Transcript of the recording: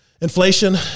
Inflation